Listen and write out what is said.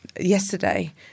Yesterday